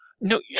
no